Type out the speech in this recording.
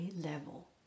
level